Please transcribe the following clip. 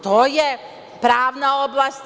To je pravna oblast.